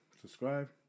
subscribe